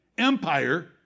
empire